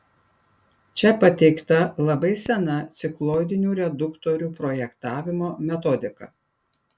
čia pateikta labai sena cikloidinių reduktorių projektavimo metodika